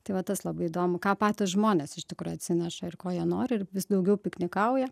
tai va tas labai įdomu ką patys žmonės iš tikrųjų atsineša ir ko jie nori ir vis daugiau piknikauja